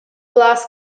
glass